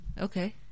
Okay